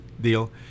deal